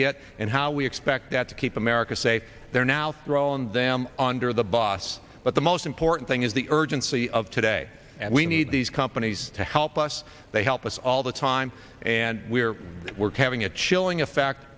get and how we expect that to keep america safe there now roland them onto the bus but the most important thing is the urgency of today and we need these companies to help us they help us all the time and we're we're having a chilling effect